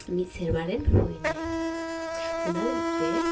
ᱢᱤᱫ ᱥᱮᱨᱮᱢᱟᱨᱮᱱ ᱦᱩᱭ ᱱᱟᱭ ᱚᱱᱟ ᱞᱟᱹᱜᱤᱫ ᱛᱮ